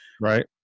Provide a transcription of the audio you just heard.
right